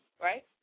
right